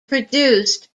produced